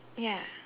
ya